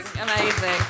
amazing